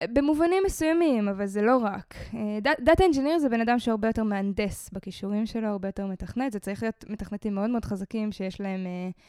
במובנים מסוימים, אבל זה לא רק. דאטה אינג'ניר זה בן אדם שהוא הרבה יותר מהנדס בכישורים שלו, הרבה יותר מתכנת, זה צריך להיות מתכנתים מאוד מאוד חזקים, שיש להם...